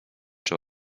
czy